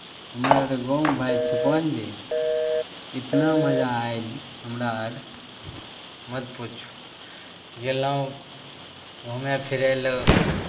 हमर आर गाँवमे भाय छिकहो ने जे इतना मजा आयल हमरा अर मत पूछहो गेलहुँ घूमय फिरय लेल